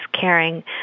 caring